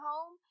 home